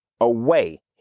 away